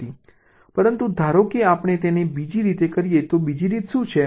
પરંતુ ધારો કે આપણે તેને બીજી રીતે કરીએ તો બીજી રીતે શું છે